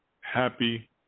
happy